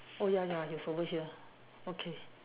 oh ya ya it's over here okay